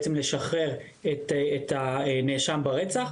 בעצם לשחרר את הנאשם ברצח,